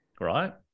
right